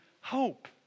hope